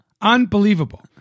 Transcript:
Unbelievable